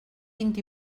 vint